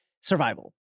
survival